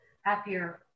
happier